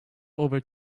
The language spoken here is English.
over